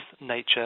nature